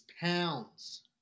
pounds